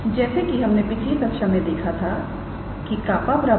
जैसे कि हमने पिछली कक्षा में देखा था कि 𝜅